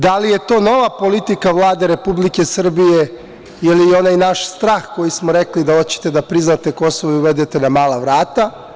Da li je to nova politika Vlade Republike Srbije ili je onaj naš strah koji smo rekli da hoćete da priznate Kosovo i uvedete na mala vrata?